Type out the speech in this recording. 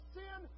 sin